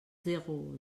zéro